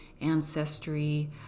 ancestry